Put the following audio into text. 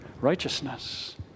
righteousness